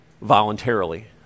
voluntarily